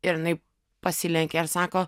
ir jinai pasilenkė ir sako